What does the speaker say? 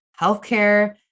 healthcare